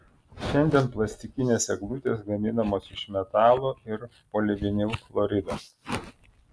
šiandien plastikinės eglutės gaminamos iš metalo ir polivinilchlorido